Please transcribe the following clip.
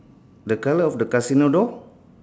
the colour of the casino door